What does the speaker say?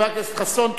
חבר הכנסת חסון,